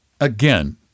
Again